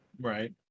Right